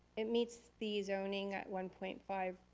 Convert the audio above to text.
it meets the zoning at one point five,